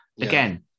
Again